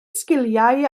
sgiliau